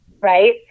Right